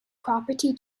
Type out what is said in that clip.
property